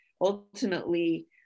Ultimately